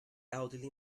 elderly